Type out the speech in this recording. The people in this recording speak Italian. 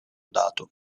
dato